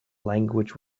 language